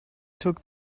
took